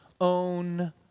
own